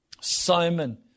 Simon